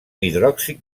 hidròxid